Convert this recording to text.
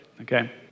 okay